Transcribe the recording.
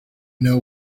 know